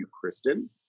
Kristen